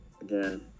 again